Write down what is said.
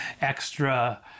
extra